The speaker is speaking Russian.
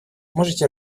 можете